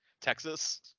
Texas